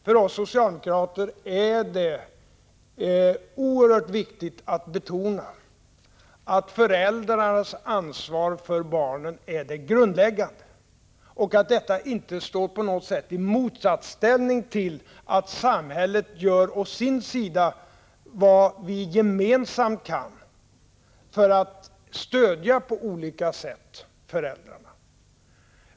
För oss socialdemokrater är det oerhört viktigt att betona att föräldrarnas ansvar för barnen är det grundläggande och att detta inte på något sätt står i motsatsställning till att vi i samhället gör vad vi gemensamt kan göra för att på olika sätt stödja föräldrarna.